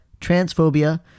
transphobia